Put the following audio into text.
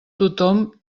tothom